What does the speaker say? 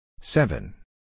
seven